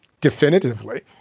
definitively